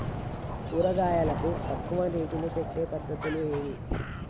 కూరగాయలకు తక్కువ నీటిని పెట్టే పద్దతులు ఏవి?